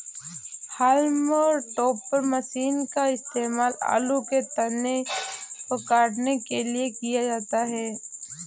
haulm topper machine का इस्तेमाल आलू के तने को काटने के लिए किया जाता है